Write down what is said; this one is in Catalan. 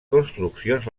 construccions